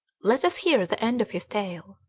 let us hear the end of his tale